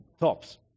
tops